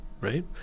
right